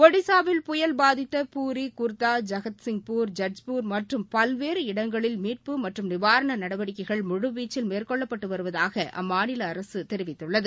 ஒடிசாவில் புயல் பாதித்த பூரி குர்தா ஐகத்சிங்பூர் ஐட்ச்பூர் மற்றும் பல்வேறு இடங்களில் மீட்பு மற்றும் நிவாரண நடவடிக்கைகள் முழு வீச்சில் மேற்கொள்ளப்பட்டு வருவதாக அம்மாநில அரசு தெரிவித்துள்ளது